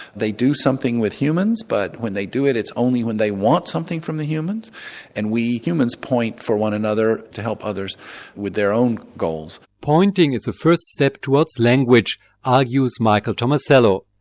they do something with humans but when they do it it's only when they want something from the humans and we humans point for one another to help others with their own goals. pointing is the first step towards language argues michael tomasello,